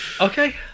okay